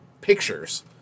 pictures